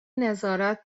نظارت